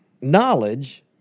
knowledge